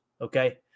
okay